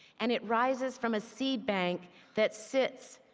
and it rises from a seed bank that sits